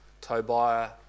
Tobiah